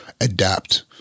adapt